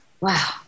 Wow